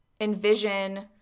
envision